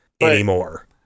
anymore